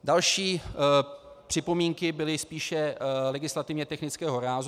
Další připomínky byly spíše legislativně technického rázu.